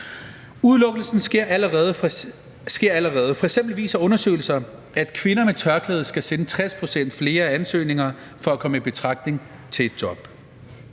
Udelukkelsen sker allerede. F.eks. viser undersøgelser, at kvinder med tørklæde skal sende 60 pct. flere ansøgninger for at komme i betragtning til et job.